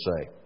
say